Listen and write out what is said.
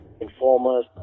Informers